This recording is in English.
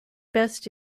best